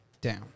down